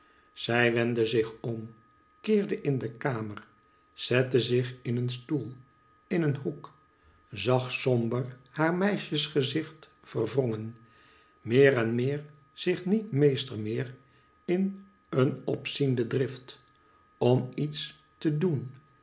zij wendde zich om keerde in de kamer zette zich in een stoel in een hoek zag somber haar meisjesgezicht verwrongen meer en meer zich niet meester meer in een opziedende drift om iets te doen